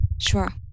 Sure